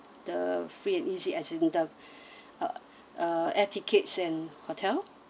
the free and easy as in the uh air tickets and hotel